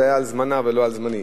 זה היה על זמנה ולא על זמני.